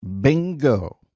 Bingo